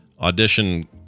Audition